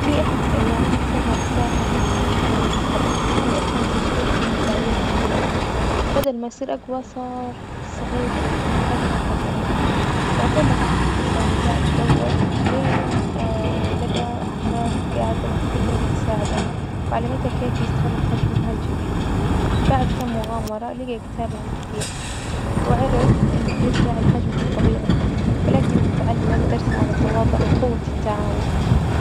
في أحد الأيام صغر ساحر نفسه عن طريق الخطأ، يعني أثناء تجربته تعويذة جديدة بدل ما يصير أجوى صار صغير جدا بحجم الحشرة، بعدين ما عرف إيش يسوي? جاعد يدور لين لجى حشرات جاعدة جدرت تساعده وعلمته كيف يستخدم حجمه الجديد، بعد كم مغامرة لجى كتابه الجديم وعرف إنه يرجع لحجمه الطبيعي، ولكنه تعلم درس عن التواضع وقوة التعاون.